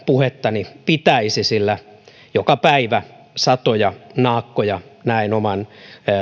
puhettani pitäisi sillä joka päivä satoja naakkoja näen oman